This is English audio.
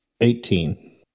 Eighteen